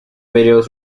videos